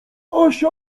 asia